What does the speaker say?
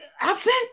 absent